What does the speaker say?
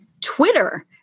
Twitter